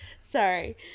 Sorry